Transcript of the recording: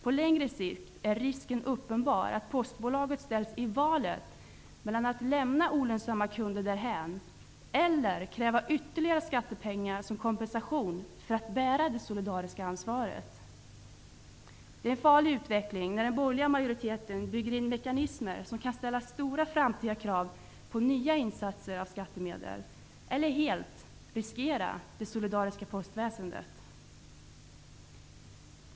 På längre sikt är risken uppenbar att postbolaget ställs inför valet att lämna olönsamma kunder därhän eller att kräva ytterligare skattepengar som kompensation för det solidariska ansvaret. Det är en farlig utveckling när den borgerliga majoriteten bygger in mekanismer som kan ställa stora framtida krav på nya insatser av skattemedel eller helt riskera det solidariska postväsendet.